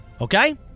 Okay